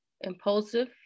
impulsive